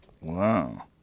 Wow